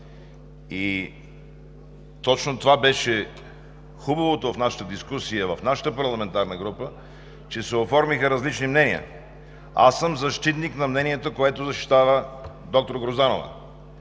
Точно това беше хубавото в дискусията в нашата парламентарна група – че се оформиха различни мнения. Аз съм защитник на мнението, което защитава доктор Грозданова,